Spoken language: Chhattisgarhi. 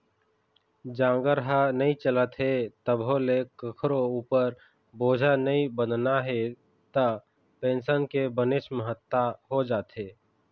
जांगर ह नइ चलत हे तभो ले कखरो उपर बोझा नइ बनना हे त पेंसन के बनेच महत्ता हो जाथे